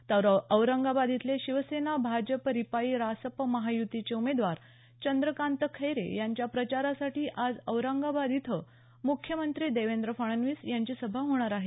तर औरंगाबाद इथले शिवसेना भाजप रिपाई रासप महायुतीचे उमेदवार चंद्रकांत खैरे यांच्या प्रचारासाठी आज औरंगाबाद इथं मुख्यमंत्री देवेंद्र फडणवीस यांची सभा होणार आहे